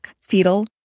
fetal